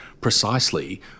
precisely